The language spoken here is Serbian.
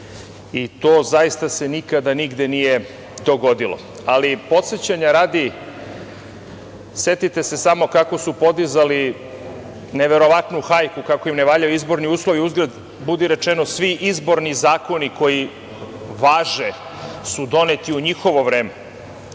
i to se zaista nikada nigde nije dogodilo. Podsećanja radi, setite se samo kako su podizali neverovatnu hajku kako im ne valjaju izborni uslovi, uzgred, budi rečeno svi izborni zakoni koji važe su doneti u njihovo vreme.